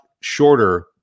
shorter